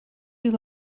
you